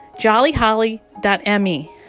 jollyholly.me